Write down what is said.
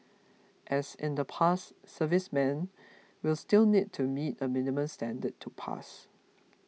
as in the past servicemen will still need to meet a minimum standard to pass